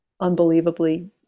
unbelievably